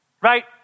right